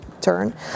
turn